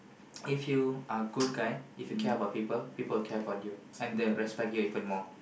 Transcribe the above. if you are good guy if you care about people people care about you and they'll respect you even more